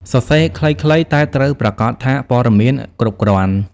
សរសេរខ្លីៗ តែត្រូវប្រាកដថាព័ត៌មានគ្រប់គ្រាន់។